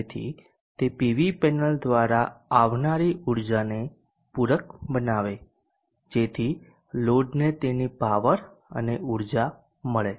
જેથી તે PV panel દ્વારા આવનારી ઉર્જાને પૂરક બનાવે જેથી લોડને તેની પાવર અને ઊર્જા મળે